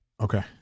Okay